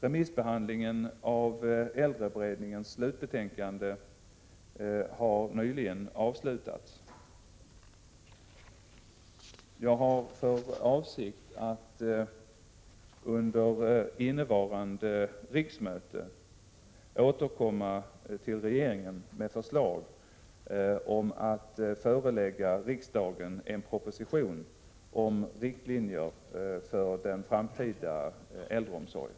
Remissbehandlingen av äldreberedningens slutbetänkande har nyligen avslutats. Jag har för avsikt att under innevarande riksmöte återkomma till regeringen med förslag om att förelägga riksdagen en proposition om riktlinjerna för den framtida äldreomsorgen.